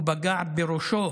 בכתף, ופגעה בראשו